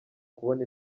kubona